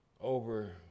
over